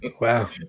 wow